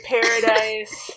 Paradise